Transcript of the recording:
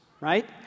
right